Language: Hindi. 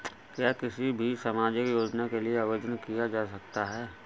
क्या किसी भी सामाजिक योजना के लिए आवेदन किया जा सकता है?